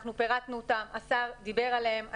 פירטנו אותם והשר דיבר עליהן.